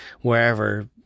wherever